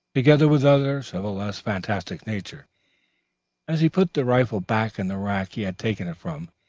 together with others of a less fantastic nature as he put the rifle back in the rack he had taken it from.